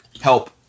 help